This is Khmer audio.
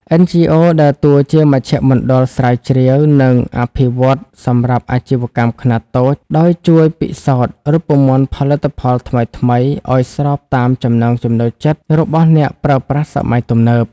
NGOs ដើរតួជាមជ្ឈមណ្ឌលស្រាវជ្រាវ និងអភិវឌ្ឍន៍ សម្រាប់អាជីវកម្មខ្នាតតូច ដោយជួយពិសោធន៍រូបមន្តផលិតផលថ្មីៗឱ្យស្របតាមចំណង់ចំណូលចិត្តរបស់អ្នកប្រើប្រាស់សម័យទំនើប។